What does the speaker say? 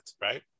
right